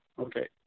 Okay